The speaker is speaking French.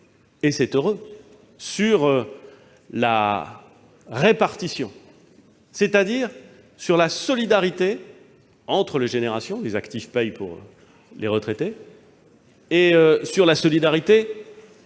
et c'est heureux -sur la répartition, c'est-à-dire sur la solidarité entre les générations- les actifs payent pour les retraités -et sur la solidarité